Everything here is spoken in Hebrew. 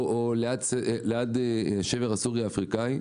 או ליד השבר הסורי-אפריקני.